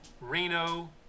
Reno